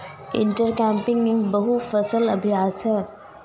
intercropping एक बहु फसल अभ्यास है